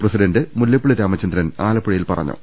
president Mullappally Ramachandran ആലപ്പുഴയിൽ പറഞ്ഞു